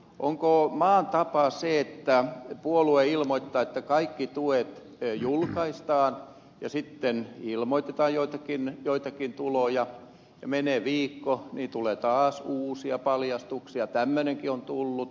onko maan tapa se että puolue ilmoittaa että kaikki tuet julkaistaan sitten ilmoitetaan joitakin tuloja menee viikko ja tulee taas uusia paljastuksia että tämmöinenkin on tullut